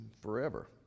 forever